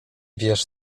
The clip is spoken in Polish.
wiesz